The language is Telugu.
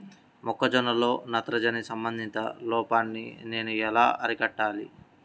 మొక్క జొన్నలో నత్రజని సంబంధిత లోపాన్ని నేను ఎలా అరికట్టాలి?